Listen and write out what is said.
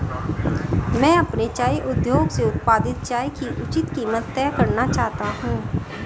मैं अपने चाय उद्योग से उत्पादित चाय की उचित कीमत तय करना चाहता हूं